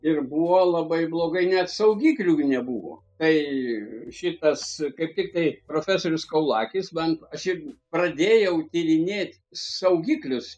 ir buvo labai blogai net saugiklių nebuvo tai šitas kaip tiktai profesorius kaulakys man aš irgi pradėjau tyrinėt saugiklius